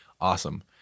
awesome